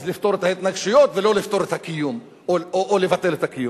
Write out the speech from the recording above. אז לפתור את ההתנגשויות ולא לפטור את הקיום או לבטל את הקיום.